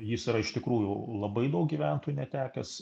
jis yra iš tikrųjų labai daug gyventojų netekęs